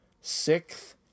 sixth